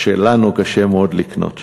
ולנו קשה מאוד לקנות שם.